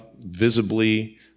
visibly